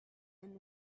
and